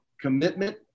commitment